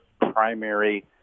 primary